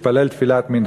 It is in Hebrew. התפלל תפילת מנחה.